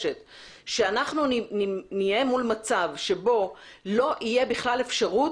שאנחנו נעמוד מול מצב בו לא תהיה בכלל אפשרות